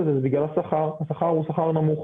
זה זה בגלל השכר השכר הוא שכר נמוך.